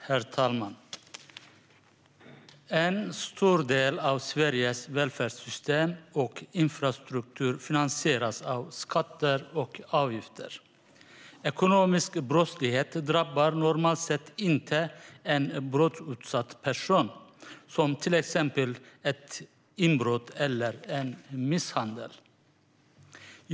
Herr talman! "En stor del av Sveriges välfärdssystem och infrastruktur finansieras av skatter och avgifter. Ekonomisk brottslighet drabbar normalt sett inte en brottsutsatt person så som till exempel ett inbrott eller en misshandel.